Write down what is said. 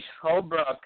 Holbrook